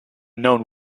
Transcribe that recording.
known